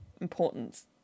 importance